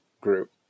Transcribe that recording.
group